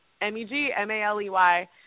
M-E-G-M-A-L-E-Y